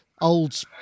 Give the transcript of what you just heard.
Old